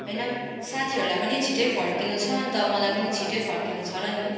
होइन साथीहरूलाई पनि छिट्टो फर्किनु छ अन्त मलाई पनि छिट्टै फर्किनु छ र नि